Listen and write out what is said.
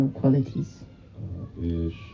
qualities